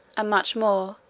ah much more,